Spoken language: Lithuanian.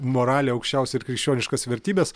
moralę aukščiausią ir krikščioniškas vertybes